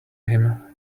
him